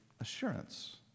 assurance